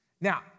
Now